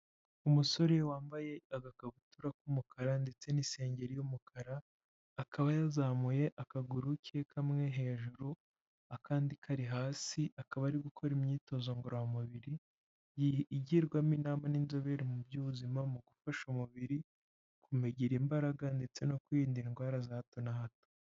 Umusore wambaye agakabutura k'umukara ndetse n'isengeri y'umukara akaba yazamuye akaguru ke kamwe hejuru akandi kari hasi, akaba ari gukora imyitozo ngororamubiri igirwamo inama n'inzobere mu by'ubuzima mu gufasha umubiri kugira imbaraga ndetse no kwirinda indwara za hato na hato.